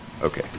Okay